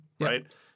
right